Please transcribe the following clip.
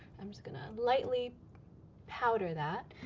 i'm just gonna lightly powder that.